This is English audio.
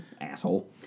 Asshole